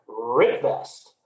RIPVEST